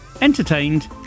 entertained